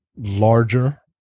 larger